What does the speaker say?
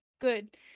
good